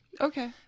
Okay